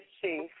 Chief